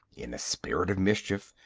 in a spirit of mischief,